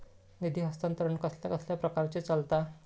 निधी हस्तांतरण कसल्या कसल्या प्रकारे चलता?